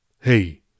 Hey